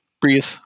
breathe